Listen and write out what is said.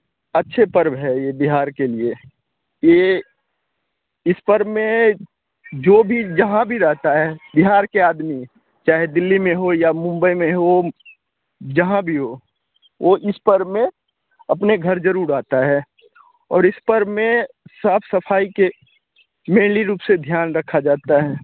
अच्छे पर्व हैं यह बिहार के लिए यह इस पर्व मैं जो भी जहाँ भी रहता है बिहार के आदमी चाहे दिल्ली में हो या मुंबई में हो जहाँ भी हो वह इस पर्व में अपने घर ज़रूर आता है और इस पर्ब में साफ़ सफ़ाई के मेनली रूप से ध्यान रखा जाता है